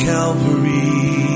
Calvary